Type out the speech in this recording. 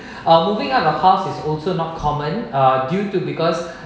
uh moving out of house is also not common uh due to because